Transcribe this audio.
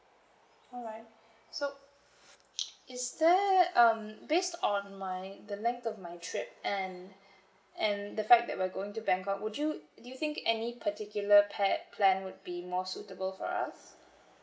alright so is there um based on my the length of my trip and and the fact that we're going to bangkok would you do you think any particular pat~ plan would be more suitable for us